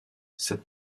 cette